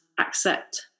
accept